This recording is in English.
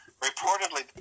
Reportedly